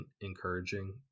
encouraging